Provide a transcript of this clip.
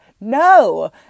No